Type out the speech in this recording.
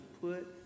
put